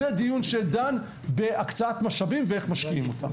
זה דיון שדן בהקצאת משאבים ואיך משקיעים אותם.